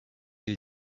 you